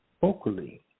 vocally